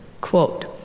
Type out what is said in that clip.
Quote